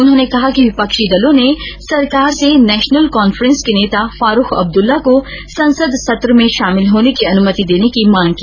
उन्होंने कहा कि विपक्षी दलों ने सरकार से नेशनल कांफ्रेंस के नेता फारूख अब्दुल्ला को संसद सत्र में शामिल होने की अनुमति देने की मांग की